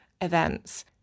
events